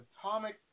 atomic